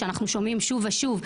שאנחנו שומעים שוב ושוב,